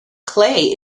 clay